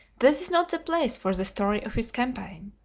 this is not the place for the story of his campaign.